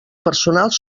personals